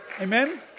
Amen